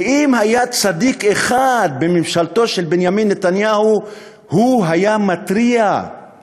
כי אם היה צדיק אחד בממשלתו של בנימין נתניהו הוא היה מתריע,